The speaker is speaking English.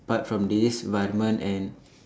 apart from this Varman and